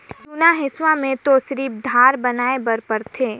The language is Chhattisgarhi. जुन्ना हेसुआ में तो सिरिफ धार बनाए बर परथे